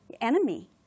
enemy